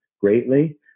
greatly